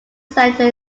center